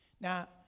Now